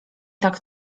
tak